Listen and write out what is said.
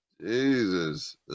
Jesus